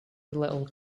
little